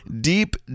deep